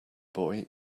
boy